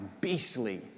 beastly